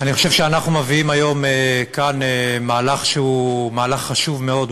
אני חושב שאנחנו מביאים כאן היום מהלך חשוב מאוד,